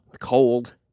cold